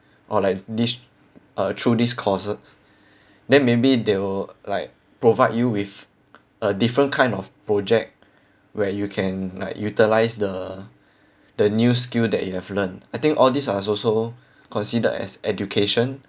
or like this uh through these courses then maybe they will like provide you with a different kind of project where you can like utilise the the new skill that you have learnt I think all these are also considered as education